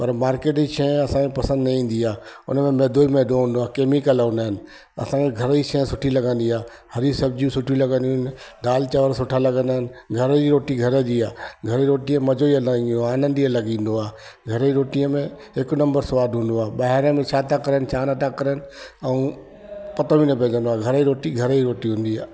पर मार्केट जी शइ असांखे पसंदि न ईंदी आहे उनमें मैदो ई मैदो हूंदो आहे कैमिकल हूंदा आहिनि असांजे घर जी शइ सुठी लॻंदी आहे हरी सब्जियूं सुठी लॻंदियूं आहिनि दालि चांवर सुठा लॻंदा आहिनि घर जी रोटी घर जी आहे घर जी रोटीअ जो मजो ई इलाही ईंदो आहे आनंद ई अलॻि ईंदो आहे घर जी रोटीअ में हिकु नंबर स्वादु हूंदो आहे ॿाहिरि में छा था करण छा नथा करण ऐं पतो बि न पइजंदो आहे घर जी रोटी घर जी रोटी हूंदी आहे